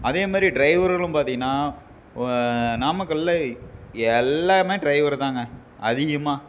அதே மாதிரி ட்ரைவர்களும் பார்த்தீங்கன்னா நாமக்கலில் எல்லாமே ட்ரைவர் தாங்க அதிகமாக